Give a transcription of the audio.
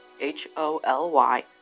H-O-L-Y